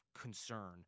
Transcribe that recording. concern